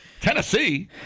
Tennessee